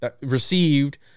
received